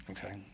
Okay